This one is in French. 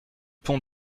pont